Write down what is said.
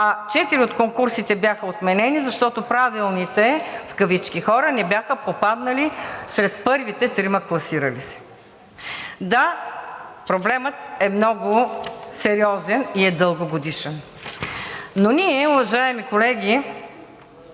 Четири от конкурсите бяха отменени, защото правилните в кавички хора не бяха попаднали сред първите трима класирали се. Да, проблемът е много сериозен и е дългогодишен. Но ние, уважаеми колеги,